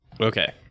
Okay